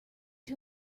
too